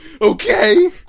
Okay